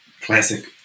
Classic